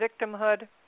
victimhood